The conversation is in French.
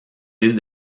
îles